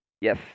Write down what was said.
Yes